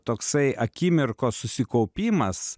toksai akimirkos susikaupimas